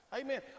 Amen